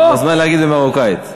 אתה מוזמן להגיד במרוקאית.